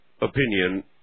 opinion